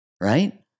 right